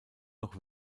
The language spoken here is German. noch